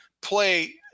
play